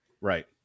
Right